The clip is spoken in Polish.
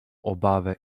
obawę